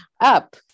up